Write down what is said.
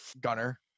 Gunner